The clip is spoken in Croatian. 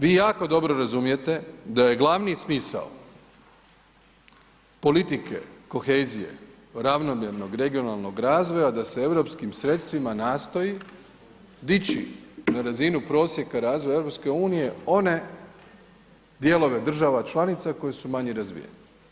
Vi jako dobro razumijete da je glavni smisao politike kohezije, ravnomjernog regionalnog razvoja da se europskim sredstvima nastoji dići na razinu prosjeka razvoja EU one dijelove država članica koje su manje razvijene.